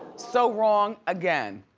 so wrong, again.